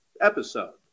episode